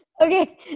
Okay